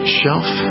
shelf